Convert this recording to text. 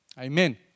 amen